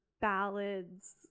ballads